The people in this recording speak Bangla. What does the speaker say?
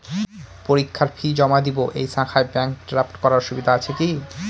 পরীক্ষার ফি জমা দিব এই শাখায় ব্যাংক ড্রাফট করার সুবিধা আছে কি?